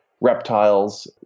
reptiles